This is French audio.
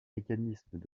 mécanismes